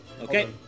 Okay